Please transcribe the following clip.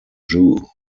jew